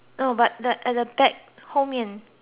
back 后面